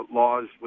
laws